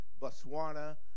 Botswana